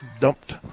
dumped